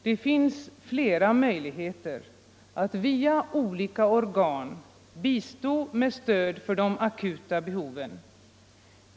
Det finns flera möjligheter att via olika organ bistå med stöd för de akuta behoven.